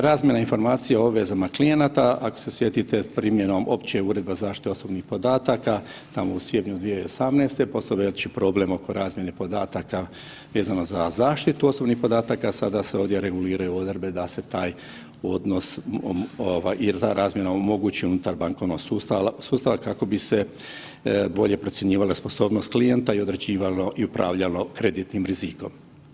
Razmjena informacija o vezama klijenata, ako se sjetite primjenom opće uredbe o zaštiti osobnih podataka tamo u svibnju 2018. postavljajući problem oko razmjene podataka vezano za zaštitu osobnih podataka sada se ovdje reguliraju odredbe da se taj odnosi ovaj il ta razmjena omogući unutar bankovnog sustava kako bi se bolje procjenjivale sposobnost klijenta i odrađivalo i upravljalo kreditnim rizikom.